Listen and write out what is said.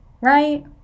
right